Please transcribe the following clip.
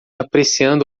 apreciando